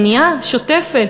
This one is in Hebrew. מניעה שוטפת,